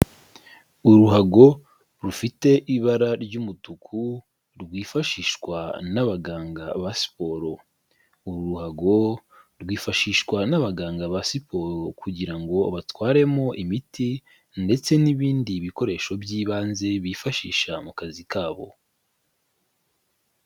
Uruhago rufite ibara ry'umutuku, rwifashishwa n'abaganga ba siporo. Uru ruhago rwifashishwa n'abaganga ba siporo kugira ngo batwaremo imiti ndetse n'ibindi bikoresho by'ibanze bifashisha mu kazi kabo.